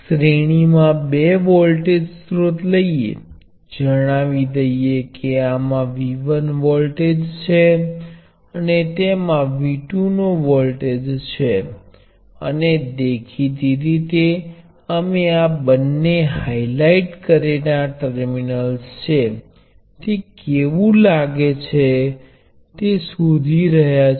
તેથી આ સંબંધની પ્રકૃતિ કહે છે કે સમગ્ર બાબતો કેટલાક કેપેસિટર C અસરકારક ની સમકક્ષ હોય છે અને પ્રમાણસરતા સતત તમને કહે છે કે તે કેટલું છે આ સામે આ સ્થિરતા 1C કરતા વધુ હોવી જોઈએ અને તે 1C1 1C2 થી વધુ તેથી આ તમને અસરકારક કેપેસિટન્સ નું મૂલ્ય આપે છે